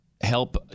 help